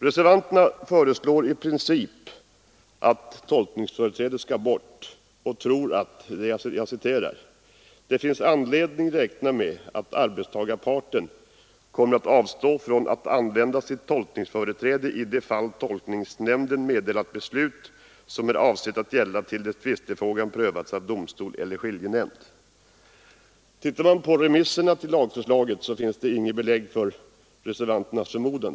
Reservanterna föreslår i princip att tolkningsföreträdet skall tas bort och anför: ”Det finns anledning räkna med att arbetstagarparten kommer att avstå från att använda sitt tolkningsföreträde i de fall tolkningsnämnden meddelat beslut som är avsett att gälla till dess tvistefrågan prövats av domstol eller skiljenämnd.” Om man ser på de remissyttranden som avgivits med anledning av lagförslaget finner man att det inte finns något belägg för reservanternas förmodan.